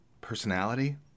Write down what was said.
personality